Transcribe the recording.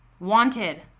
wanted